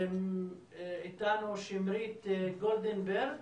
איתנו שמרית גולדנברג,